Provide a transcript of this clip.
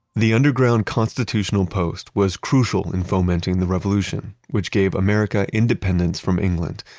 the underground constitutional post was crucial in fomenting the revolution which gave america independence from england,